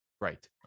Right